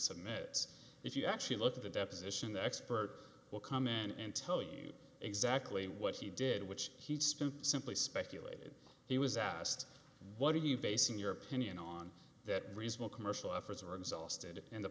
submits if you actually look at the deposition the expert will come in and tell you exactly what he did which he stooped simply speculated he was asked what are you basing your opinion on that reasonable commercial efforts are exhausted and the